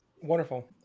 Wonderful